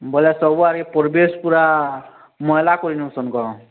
ବୋଇଲେ ସବୁ ଆଡ଼୍କେ ପରବେଶ୍ ପୁରା ମଏଲା କରିନଉଛନ୍ କେଁ